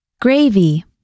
Gravy